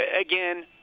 again